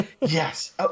yes